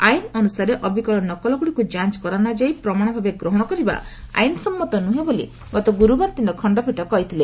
ଆଇନ୍ ଅନୁସାରେ ଅବିକଳ ନକଲଗୁଡ଼ିକୁ ଯାଞ୍ଚ କରାନଯାଇ ପ୍ରମାଣ ଭାବେ ଗ୍ରହଣ କରିବା ଆଇନ ସମ୍ମତ ନୁହେଁ ବୋଲି ଗତ ଗୁରୁବାର ଦିନ ଖଣ୍ଡପୀଠ କହିଥିଲେ